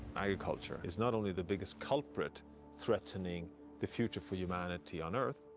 agriculture is not only the biggest culprit threatening the future for humanity on earth,